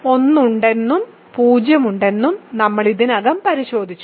1 ഉണ്ടെന്നും 0 ഉണ്ടെന്നും നമ്മൾ ഇതിനകം പരിശോധിച്ചു